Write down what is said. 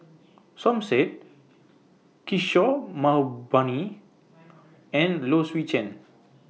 Som Said Kishore Mahbubani and Low Swee Chen